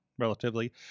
Relatively